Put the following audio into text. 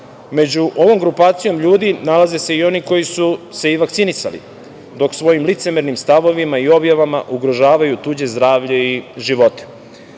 Među ovom grupacijom ljudi nalaze se i oni koji su se i vakcinisali, dok svojim licemernim stavovima i objavama ugrožavaju tuđe zdravlje i